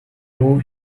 tour